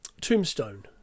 Tombstone